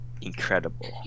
Incredible